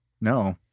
No